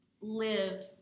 live